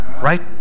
Right